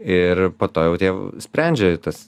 ir po to jau tie sprendžia tas